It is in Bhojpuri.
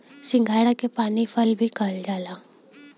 सिंघाड़ा के पानी फल भी कहल जाला